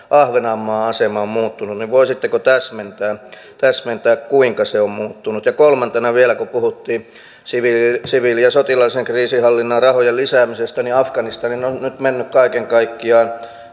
ahvenanmaan asema on muuttunut voisitteko täsmentää täsmentää kuinka se on muuttunut kolmantena vielä kun puhuttiin siviili siviili ja sotilaallisen kriisinhallinnan rahojen lisäämisestä niin afganistaniin on nyt mennyt kaiken kaikkiaan